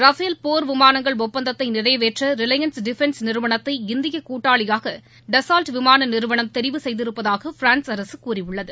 Rafale போர் விமானங்கள் ஒப்பந்தத்தை நிறைவேற்ற ரிலையன் டிஃபன்ஸ் நிறுவனத்தை இந்தியக் கூட்டாளியாக டசால்ட் விமான நிறுவனம் தெரிவு செய்திருப்பதாக பிரான்ஸ் அரசு கூறியுள்ளது